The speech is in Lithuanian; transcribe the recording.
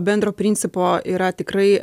bendro principo yra tikrai